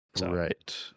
right